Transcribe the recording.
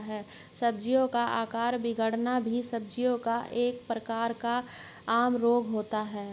सब्जियों का आकार बिगड़ना भी सब्जियों का एक प्रकार का आम रोग होता है